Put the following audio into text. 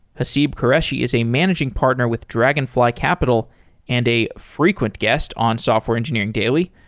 haseeb qureshi is a managing partner with dragonfly capital and a frequent guest on software engineering daily.